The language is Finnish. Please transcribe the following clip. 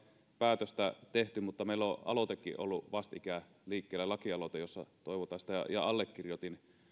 päätöstä tehty mutta meillä on ollut vastikään liikkeellä lakialoite jossa toivotaan sitä ja allekirjoitin